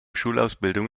schulausbildung